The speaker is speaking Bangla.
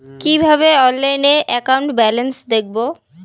কিভাবে অনলাইনে একাউন্ট ব্যালেন্স দেখবো?